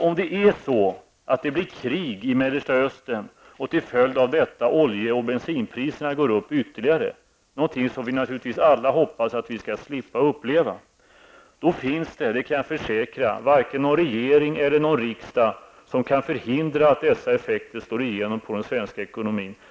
Om det blir krig i Mellersta Östern och olje och bensinpriserna till följd av detta går upp ytterligare -- någonting som vi naturligtvis alla hoppas att vi skall slippa uppleva -- då finns det, det kan jag försäkra, varken någon regering eller någon riksdag som kan förhindra att dessa effekter slår igenom på den svenska ekonomin.